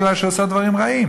בגלל שהיא עושה דברים רעים.